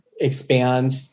expand